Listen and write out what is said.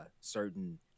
certain